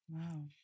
Wow